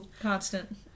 constant